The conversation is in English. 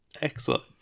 excellent